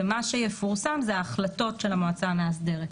ומה שיפורסם הוא ההחלטות של המועצה המאסדרת.